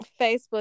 Facebook